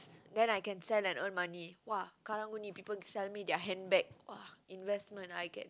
then I can sell and earn money !wah! Karang-Guni the people sell me the handbag !wah! investment I get